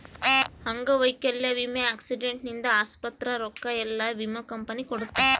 ಅಂಗವೈಕಲ್ಯ ವಿಮೆ ಆಕ್ಸಿಡೆಂಟ್ ಇಂದ ಆಸ್ಪತ್ರೆ ರೊಕ್ಕ ಯೆಲ್ಲ ವಿಮೆ ಕಂಪನಿ ಕೊಡುತ್ತ